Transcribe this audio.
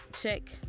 check